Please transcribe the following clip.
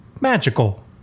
magical